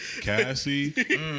Cassie